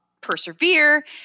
persevere